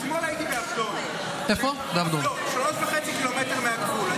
אתמול הייתי בעבדון, 3.5 קילומטרים מהגבול.